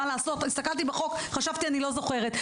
מה לעשות הסתכלתי בחוק חשבתי שאני לא זוכרת.